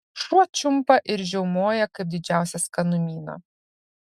šuo čiumpa ir žiaumoja kaip didžiausią skanumyną